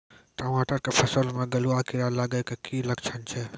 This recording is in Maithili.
टमाटर के फसल मे गलुआ कीड़ा लगे के की लक्छण छै